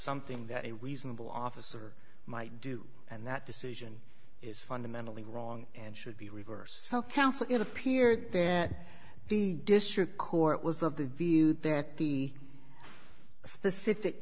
something that a reasonable officer might do and that decision is fundamentally wrong and should be reversed counsel it appeared that the district court was of the view that the specific